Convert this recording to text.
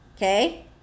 okay